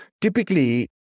Typically